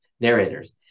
narrators